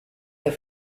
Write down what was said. der